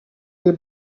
you